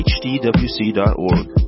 hdwc.org